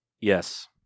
Yes